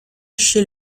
chez